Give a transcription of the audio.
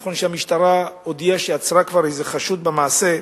נכון שהמשטרה הודיעה שעצרה כבר איזה חשוד במעשה,